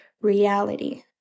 reality